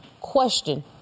question